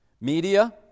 Media